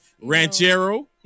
Ranchero